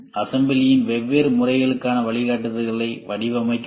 அசம்பிளியின் வெவ்வேறு முறைகளுக்கான வழிகாட்டுதல்களை வடிவமைக்கவும்